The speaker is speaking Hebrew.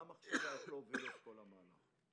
מה המחשבה שעוברת בכל המהלך?